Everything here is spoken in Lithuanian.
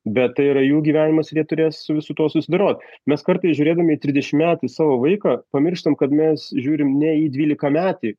bet tai yra jų gyvenimas ir jie turės su visu tuo susidorot mes kartais žiūrėdami į trisdešimtmetį savo vaiką pamirštam kad mes žiūrim ne į dvylikametį